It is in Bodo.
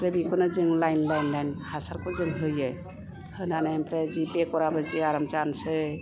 ओमफ्राय बेखौनो जों लाइन लाइन लाइन हासारखौ जों होयो होनानै आमफाय बेगराबो जि आराम जानसै